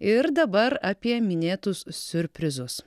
ir dabar apie minėtus siurprizus